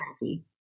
happy